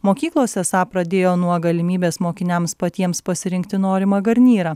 mokyklos esą pradėjo nuo galimybės mokiniams patiems pasirinkti norimą garnyrą